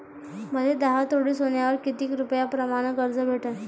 मले दहा तोळे सोन्यावर कितीक रुपया प्रमाण कर्ज भेटन?